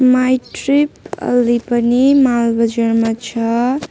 my trip अलि पनि मालबजारमा छ